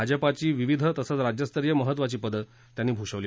भाजपाची विविध तसेच राज्यस्तरीय महत्त्वाची पदं त्यांनी भूषविली